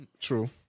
True